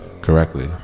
correctly